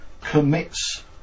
commits